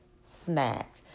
snack